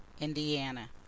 Indiana